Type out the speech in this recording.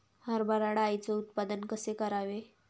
हरभरा डाळीचे उत्पादन कसे करावे?